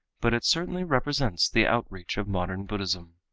but it certainly represents the outreach of modern buddhism.